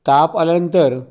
ताप आल्यानंतर